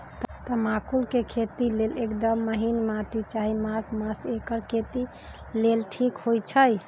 तमाकुल के खेती लेल एकदम महिन माटी चाहि माघ मास एकर खेती लेल ठीक होई छइ